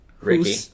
Ricky